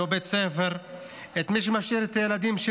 אנחנו רוצים התעללות בילדים?